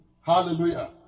Hallelujah